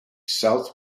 south